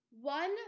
one